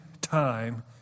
time